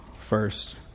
first